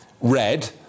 red